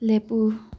ꯂꯦꯞꯄꯨ